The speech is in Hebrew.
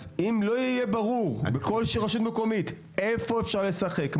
אז אם לא יהיה ברור בכל רשות מקומית איפה אפשר לשחק,